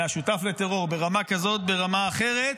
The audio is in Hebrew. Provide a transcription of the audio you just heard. היה שותף לטרור, ברמה כזאת, ברמה אחרת.